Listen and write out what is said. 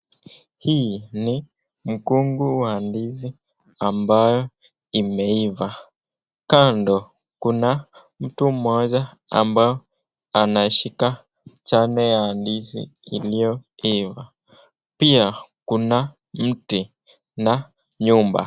Hii ni mkungu wa ndizi ambayo imeiva. Kando kuna mtu mmoja ambaye anashika chane ya ndizi iliyoiva. Pia kuna mti na nyumba.